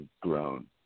grown